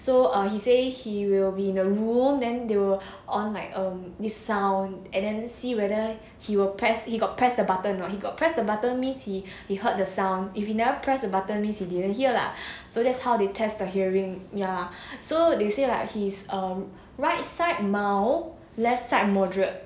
so err he say he will be in a room then they will on like um this sound and then see whether he will press he got press the button or not he got press the button means he he heard the sound if he never press a button means he didn't hear lah so that's how they test the hearing ya so they say like hes um right side mild left side moderate